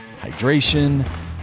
hydration